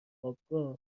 خوابگاه